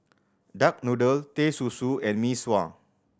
duck noodle Teh Susu and Mee Sua